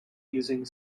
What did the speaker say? using